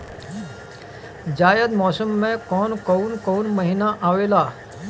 जायद मौसम में कौन कउन कउन महीना आवेला?